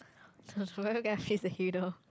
header